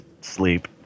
sleep